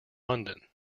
london